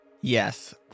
Yes